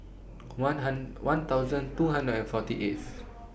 one one thousand two hundred and forty eighth